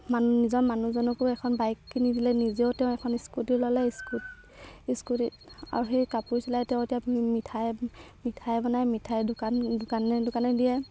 মানুহ নিজৰ মানুহজনকো এখন বাইক কিনি দিলে নিজেও তেওঁ এখন স্কুটি ল'লে স্কুট স্কুটি আৰু সেই কাপোৰ চিলাই তেওঁ এতিয়া মিঠাই মিঠাই বনাই মিঠাই দোকান দোকানে দোকানে দিয়ে